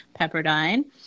Pepperdine